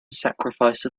sacrifice